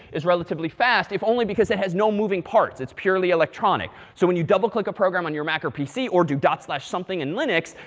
is relatively fast. if only because it has no moving parts. it's purely electronic. so when you double click a program on your mac or pc, or do dot slash something in linux,